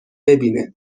ببینه